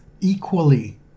equally